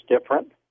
different